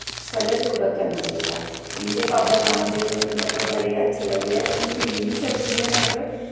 इस गल्ला योगा करना चाहिदा गिगी ते बाबा राम देव बड़े गै अच्छे लगदे ऐं पर मिली निं सकदी उं'दे कन्नै मतलब